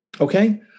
Okay